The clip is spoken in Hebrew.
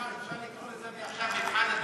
השר, אפשר לקרוא לזה מעכשיו מבחן הדוד-שמש.